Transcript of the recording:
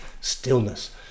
stillness